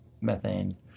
methane